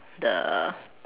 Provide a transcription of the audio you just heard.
the